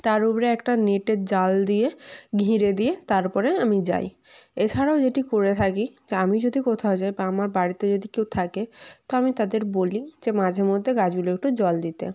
তার উপরে একটা নেটের জাল দিয়ে ঘিরে দিয়ে তার উপরে আমি যাই এছাড়াও যেটি করে থাকি তা আমি যদি কোথাও যাই বা আমার বাড়িতে যদি কেউ থাকে তো আমি তাদের বলি যে মাঝে মধ্যে গাছগুলোকে জল দিতে